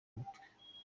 umutwe